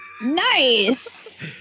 Nice